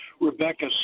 Rebecca